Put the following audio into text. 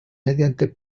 mediante